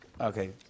Okay